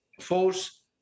force